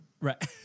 Right